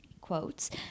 Quotes